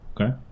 Okay